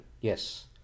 Yes